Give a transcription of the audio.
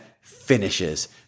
finishes